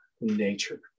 nature